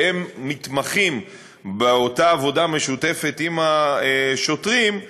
שהם מתמחים באותה עבודה משותפת עם השוטרים,